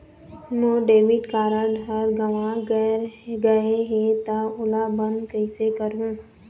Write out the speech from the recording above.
मोर debit card हर गंवा गैर गए हे त ओला बंद कइसे करहूं?